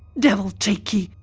devil take ye,